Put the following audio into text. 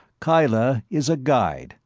kyla is a guide,